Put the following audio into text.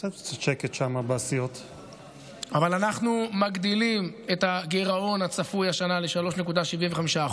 אבל אנחנו מגדילים את הגירעון הצפוי השנה ל-3.75%,